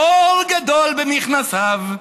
חור גדול במכנסיו,